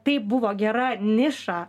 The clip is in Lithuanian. tai buvo gera niša